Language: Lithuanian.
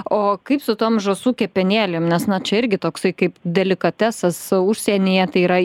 o kaip su tom žąsų kepenėlėm nes na čia irgi toksai kaip delikatesas užsienyje tai yra